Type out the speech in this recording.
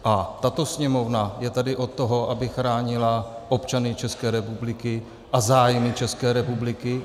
A tato Sněmovna je tady od toho, aby chránila občany České republiky a zájmy České republiky.